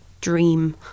dream